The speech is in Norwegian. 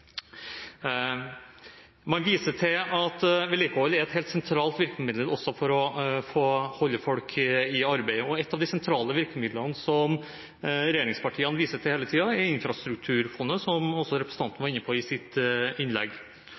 Man viser til at vedlikehold er et helt sentralt virkemiddel også for å holde folk i arbeid, og et av de sentrale virkemidlene som regjeringspartiene viser til hele tiden, er infrastrukturfondet, som også representanten var inne på i sitt innlegg.